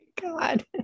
God